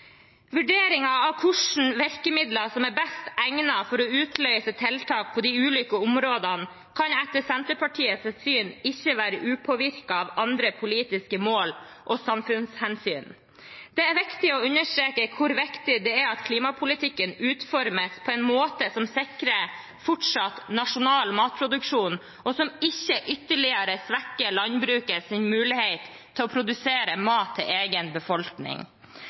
av hvilke virkemidler som er best egnet til å utløse tiltak på de ulike områdene, kan etter Senterpartiets syn ikke være upåvirket av andre politiske mål og samfunnshensyn. Det er viktig å understreke hvor viktig det er at klimapolitikken utformes på en måte som sikrer fortsatt nasjonal matproduksjon, og som ikke ytterligere svekker landbrukets mulighet til å produsere mat til egen befolkning.